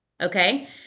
Okay